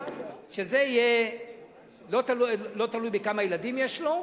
שזה לא יהיה תלוי בכמה ילדים יש לו,